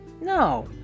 No